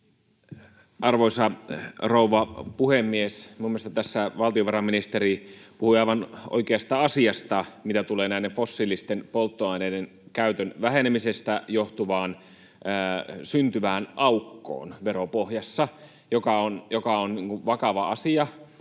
Arvoisa rouva puhemies! Minun mielestä tässä valtiovarainministeri puhui aivan oikeasta asiasta, mitä tulee näiden fossiilisten polttoaineiden käytön vähenemisestä syntyvään aukkoon veropohjassa, mikä on vakava asia,